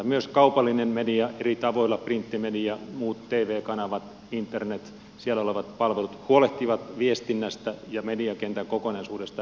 myös kaupallinen media eri tavoilla printtimedia muut tv kanavat internet siellä olevat palvelut huolehtivat viestinnästä ja mediakentän kokonaisuudesta